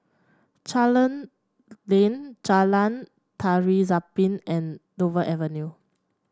Charlton Lane Jalan Tari Zapin and Dover Avenue